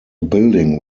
building